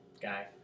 guy